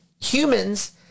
humans